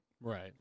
Right